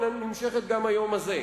ונמשכת גם היום הזה.